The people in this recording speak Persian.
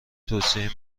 توصیه